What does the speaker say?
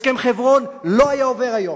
הסכם חברון לא היה עובר היום,